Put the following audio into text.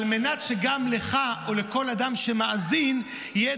על מנת שגם לך או לכל אדם שמאזין יהיה